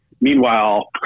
Meanwhile